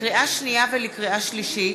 לקריאה שנייה ולקריאה שלישית: